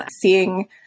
Seeing